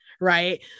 right